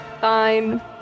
fine